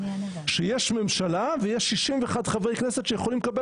שיש ממשלה ויש 61 חברי כנסת שיכולים לקבל